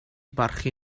barchu